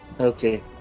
Okay